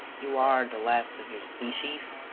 you are the last of your species?